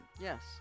yes